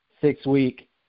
six-week